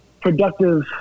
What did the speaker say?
productive